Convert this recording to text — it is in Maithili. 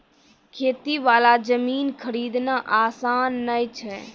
खेती वाला जमीन खरीदना आसान नय छै